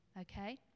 okay